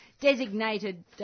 designated